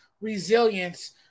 resilience